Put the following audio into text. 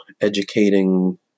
educating